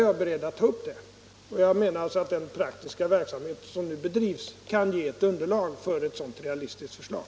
Jag menar också att den praktiska verksamhet som nu bedrivs kan ge ett underlag för ett sådant realistiskt förslag.